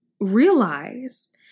realize